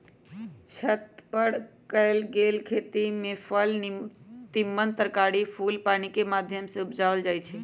छत पर कएल गेल खेती में फल तिमण तरकारी फूल पानिकेँ माध्यम से उपजायल जाइ छइ